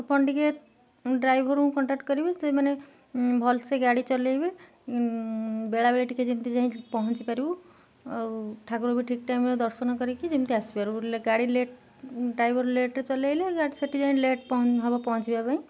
ଆପଣ ଟିକେ ଡ୍ରାଇଭରଙ୍କୁ କଣ୍ଟାକ୍ଟ କରିବି ସେ ମାନେ ଭଲ ସେ ଗାଡ଼ି ଚଲେଇବେ ବେଳେବେଳି ଟିକେ ଯେମିତି ଯାଇ ପହଞ୍ଚିପାରିବୁ ଆଉ ଠାକୁର ବି ଠିକ୍ ଟାଇମ୍ରେ ଦର୍ଶନ କରିକି ଯେମିତି ଆସିପାରିବୁ ଗାଡ଼ି ଲେଟ୍ ଡ୍ରାଇଭର ଲେଟରେ ଚଲେଇଲେ ସେଠି ଯାଇ ଲେଟ୍ ହେବ ପହଞ୍ଚିବା ପାଇଁ